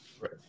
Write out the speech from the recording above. Right